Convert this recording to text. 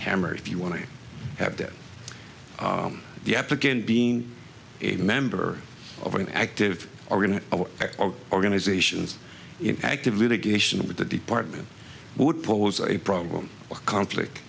hammer if you want to have that the applicant being a member of an active organ of organizations in active litigation with the department would pose a problem or a conflict